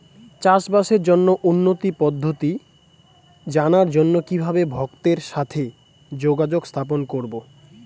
চাষবাসের জন্য উন্নতি পদ্ধতি জানার জন্য কিভাবে ভক্তের সাথে যোগাযোগ স্থাপন করব?